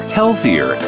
healthier